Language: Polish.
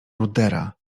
rudera